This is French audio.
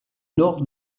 nord